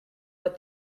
what